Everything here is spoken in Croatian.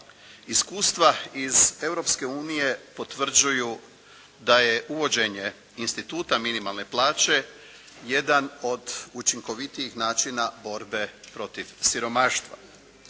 unije potvrđuju da je uvođenje instituta minimalne plaće, jedan od učinkovitijih načina borbe protiv siromaštva.